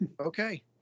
Okay